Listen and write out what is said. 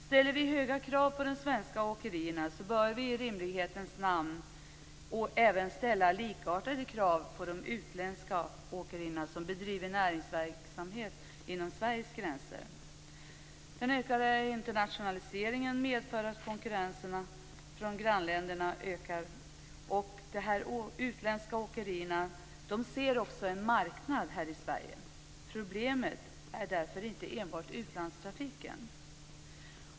Ställer vi höga krav på de svenska åkerierna bör vi i rimlighetens namn även ställa likartade krav på de utländska åkerier som bedriver näringsverksamhet inom Sveriges gränser. Den ökade internationaliseringen medför att konkurrensen från grannländerna ökar, och de utländska åkerierna ser också en marknad här i Sverige. Problemet är därför inte enbart utlandstrafiken.